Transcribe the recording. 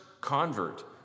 convert